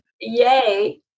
Yay